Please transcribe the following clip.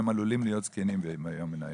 הם עלולים להיות זקנים ביום מן הימים.